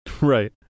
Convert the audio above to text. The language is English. Right